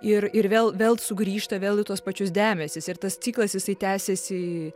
ir ir vėl vėl sugrįžta vėl į tuos pačius debesis ir tas ciklas jisai tęsiasi